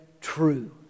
true